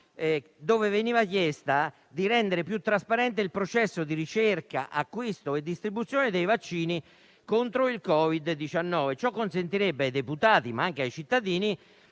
cui veniva chiesto di rendere più trasparente il processo di ricerca, acquisto e distribuzione dei vaccini contro il Covid-19; ciò consentirebbe ai deputati, ma anche ai cittadini,